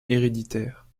héréditaire